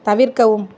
தவிர்க்கவும்